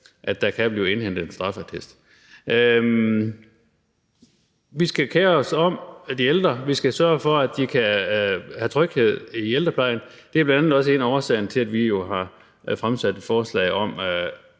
at der kan blive indhentet en straffeattest. Vi skal kere os om de ældre, vi skal sørge for, at der er tryghed i ældreplejen. Det er bl.a. også en af årsagerne til, at vi jo har fremsat et forslag om,